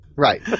right